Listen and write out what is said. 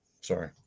Sorry